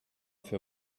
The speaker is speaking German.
für